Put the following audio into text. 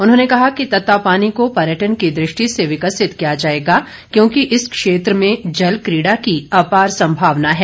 उन्होंने कहा कि तत्तापानी को पर्यटन की दष्टि से विकसित किया जाएगा क्योंकि इस क्षेत्र में जलकीडा की अपार संमावना है